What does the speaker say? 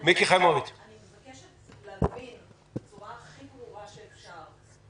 אני מבקשת להבין בצורה הכי ברורה שאפשר.